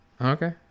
Okay